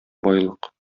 байлык